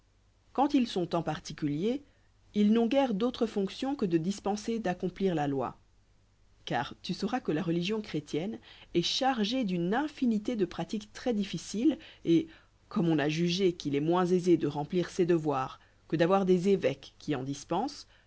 quand ils sont en particulier ils n'ont guère d'autre fonction que de dispenser d'accomplir la loi car tu sauras que la religion chrétienne est chargée d'une infinité de pratiques très difficiles et comme on a jugé qu'il est moins aisé de remplir ses devoirs que d'avoir des évêques qui en dispensent